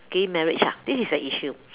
gay marriage ah this is an issue